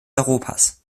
europas